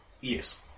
Yes